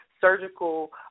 surgical